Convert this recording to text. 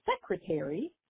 secretary